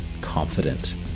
confident